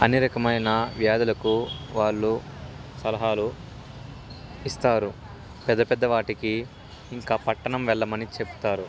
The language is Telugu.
అన్ని రకమైన వ్యాధులకు వాళ్ళు సలహాలు ఇస్తారు పెద్ద పెద్ద వాటికి ఇంకా పట్టణం వెళ్ళమని చెప్తారు